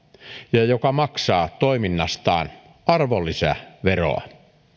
ja joka maksaa toiminnastaan arvonlisäveroa